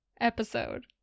episode